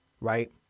right